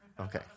Okay